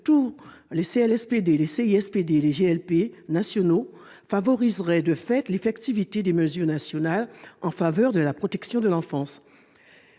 sein des CLSPD, des GLP et des CISPD nationaux favoriserait, de fait, l'effectivité des mesures nationales en faveur de la protection de l'enfance.